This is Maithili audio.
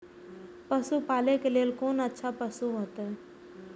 पशु पालै के लेल कोन अच्छा पशु होयत?